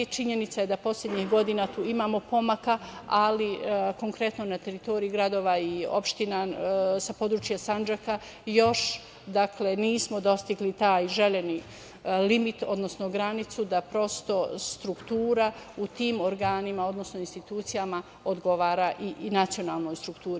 Činjenica je da poslednjih godina tu imamo pomaka, ali konkretno na teritoriji gradova i opština sa područja Sandžaka još, dakle, nismo dostigli taj željeni limit, odnosno granicu da prosto struktura u tim organima, odnosno institucijama odgovara i nacionalnoj strukturi.